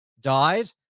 died